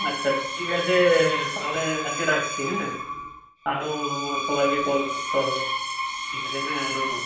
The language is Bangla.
আচ্ছা ঠিক আছে তাহলে আজকে রাখছি হ্যাঁ আরও সবাইকে কল করতে হবে ঠিক আছে হ্যাঁ ধন্যবাদ